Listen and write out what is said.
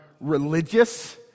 religious